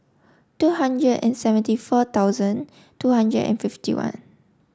two hundred and seventy four thousand two hundred and fifty one